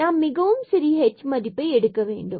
நாம் மிகவும் சிறிய h மதிப்பை எடுக்க வேண்டும்